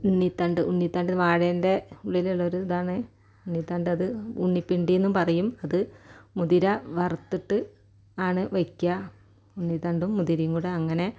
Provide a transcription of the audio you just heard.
ഉണ്ണിത്തണ്ട് ഉണ്ണിത്തണ്ട് എന്ന് വാഴേൻ്റെ ഉള്ളിലുള്ളൊരു ഇതാണ് ഉണ്ണിത്തണ്ട് അത് ഉണ്ണിപ്പിണ്ടിയെന്നും പറയും അത് മുതിര വറുത്തിട്ട് ആണ് വയ്ക്കുക ഉണ്ണിത്തണ്ടും മുതിരയും കൂടെ അങ്ങനെ